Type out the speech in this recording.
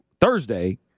Thursday